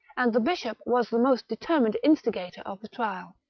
and the bishop. was the most determined instigator of the trial.